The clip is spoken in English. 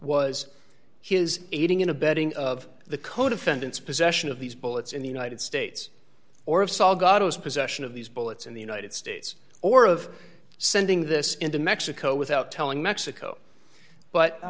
was his aiding and abetting of the co defendants possession of these bullets in the united states or of salgado his possession of these bullets in the united states or of sending this into mexico without telling mexico but